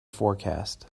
forecast